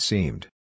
Seemed